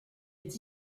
est